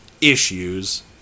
issues